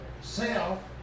self